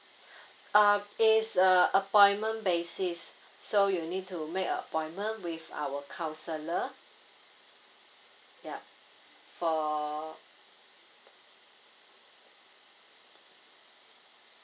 um it's a appointment basis so you need to make a appointment with our counsellor yup for